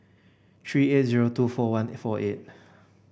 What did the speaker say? three eight zero two four one four eight